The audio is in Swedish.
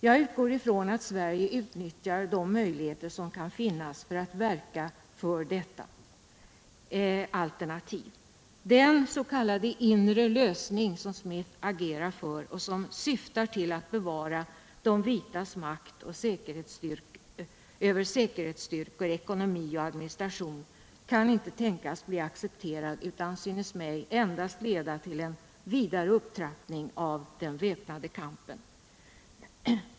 Jag utgår ifrån att Sverige utnyttjar de möjligheter som kan finnas för att verka för detta alternativ. Den s.k. inre lösning som Smith agerar för och som syftar till att bevara de vitas makt över säkerhetsstyrkor, ekonomi och administration kan inte tänkas bli accepterad utan synes mig endast leda till en vidare upptrappning av den väpnade kampen.